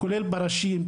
כולל פרשים,